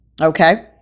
Okay